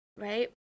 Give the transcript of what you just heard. right